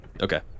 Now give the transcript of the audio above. Okay